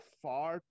far